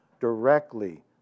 directly